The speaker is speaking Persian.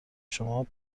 شما